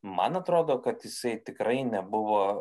man atrodo kad jisai tikrai nebuvo